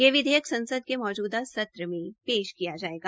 यह विधेयक संसद के मौजूदा सत्र में पेश किया जायेगा